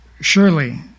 surely